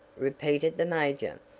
repeated the major.